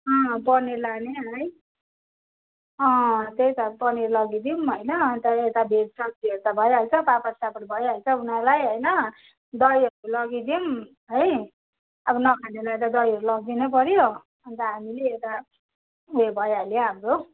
अँ पनिर लाने है अँ त्यही त पनिर लगिदिउँ होइन अन्त यता भेज सब्जीहरू त भइहाल्छ पापडसापड भइहाल्छ उनीहरूलाई होइन दहीहरू लगिदिउँ है अब नखानेलाई त दहीहरू लगिदिनैपऱ्यो अन्त हामीले यता उयो भइहाल्यो हाम्रो